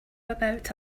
about